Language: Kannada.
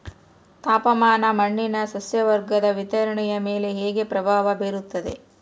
ತಾಪಮಾನ ಮಣ್ಣಿನ ಸಸ್ಯವರ್ಗದ ವಿತರಣೆಯ ಮೇಲೆ ಹೇಗೆ ಪ್ರಭಾವ ಬೇರುತ್ತದೆ?